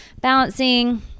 balancing